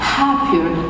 happier